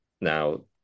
Now